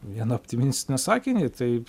vieną optimistinį sakinį taip